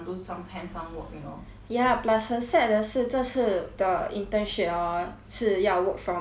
ya plus 很 sad 的是这次的 internship ah 是要 work from home 所以 everything 要做在